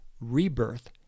rebirth